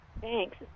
Thanks